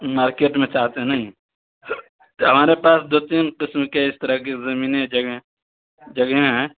market میں چاہتے ہیں نہیں تو ہمارے پاس دو تین قسم کے اس طرح کی زمینیں ہیں جگہ جگہیں ہیں